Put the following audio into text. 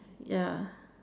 ya